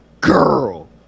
Girl